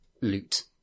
loot